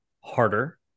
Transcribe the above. harder